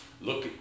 Look